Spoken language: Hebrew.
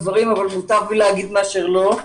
מוטב לי להגיד מאשר לא.